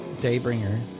Daybringer